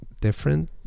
different